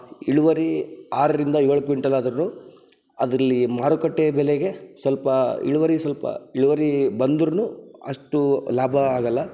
ಇಳುವರಿ ಆರರಿಂದ ಏಳು ಕ್ವಿಂಟಲ್ ಆದ್ರೂ ಅದ್ರಲ್ಲಿ ಮಾರುಕಟ್ಟೆ ಬೆಲೆಗೆ ಸ್ವಲ್ಪ ಇಳುವರಿ ಸ್ವಲ್ಪ ಇಳುವರಿ ಬಂದ್ರೂ ಅಷ್ಟು ಲಾಭ ಆಗಲ್ಲ